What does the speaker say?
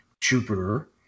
Jupiter